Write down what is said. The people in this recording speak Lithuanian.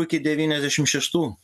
iki devyniasdešim šeštų